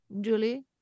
Julie